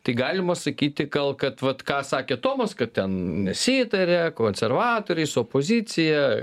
tai galima sakyti gal kad vat ką sakė tomas kad ten nesitarė konservatoriai su opozicija